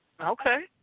Okay